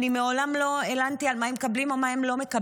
אני מעולם לא הלנתי על מה הם מקבלים או מה הם לא מקבלים,